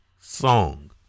song